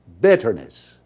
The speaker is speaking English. Bitterness